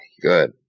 Good